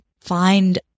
find